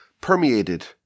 permeated